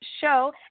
show